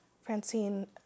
Francine